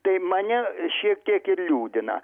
tai mane šiek tiek ir liūdina